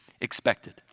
expected